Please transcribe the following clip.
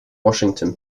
washington